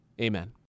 Amen